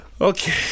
Okay